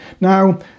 Now